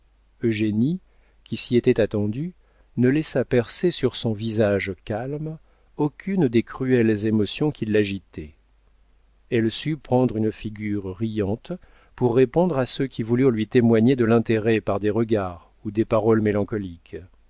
eugénie qui s'y était attendue ne laissa percer sur son visage calme aucune des cruelles émotions qui l'agitaient elle sut prendre une figure riante pour répondre à ceux qui voulurent lui témoigner de l'intérêt par des regards ou des paroles mélancoliques